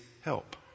help